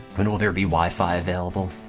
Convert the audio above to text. when will there be wifi available?